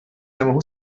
nemohu